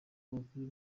abakuru